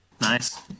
Nice